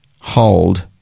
hold